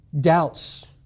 doubts